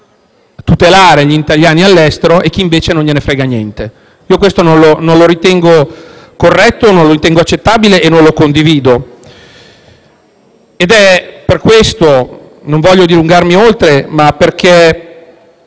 a tutelare gli italiani all'estero e chi invece non gliene frega niente. Io questo non lo non lo ritengo corretto, non lo ritengo accettabile e non lo condivido. È per questo - non voglio dilungarmi oltre - che